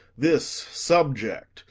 this subject,